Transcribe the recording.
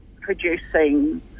producing